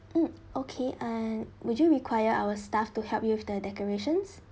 mm okay and would you require our staff to help you with the decorations